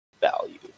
value